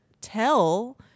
tell